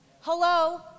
Hello